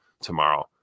tomorrow